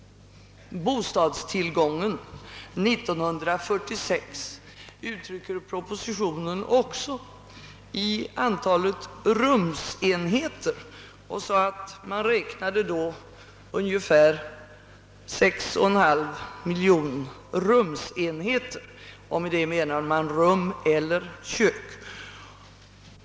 Bostadstillgången uttrycks i propositionen också i antal rumsenheter. År 1946 beräknas antalet rumsenheter till 6,5 miljoner. Med rumsenhet menas rum eller kök.